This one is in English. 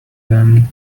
them